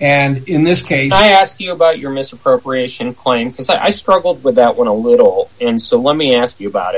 and in this case ask you about your misappropriation claim as i struggled with that one a little and so let me ask you about